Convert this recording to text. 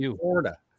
Florida